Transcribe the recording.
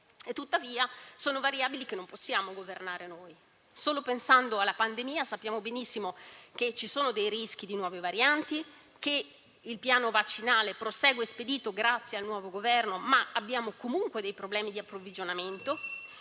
tuttavia, che non possiamo governare noi. Solo pensando alla pandemia sappiamo benissimo che ci sono rischi di nuove varianti, che il piano vaccinale prosegue spedito grazie al nuovo Governo, ma che abbiamo, comunque, dei problemi di approvvigionamento.